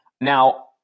Now